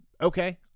Okay